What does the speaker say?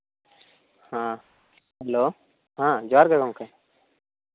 ᱦᱮᱸ ᱦᱮᱞᱳ ᱡᱚᱦᱟᱨ ᱜᱮ ᱜᱚᱢᱠᱮ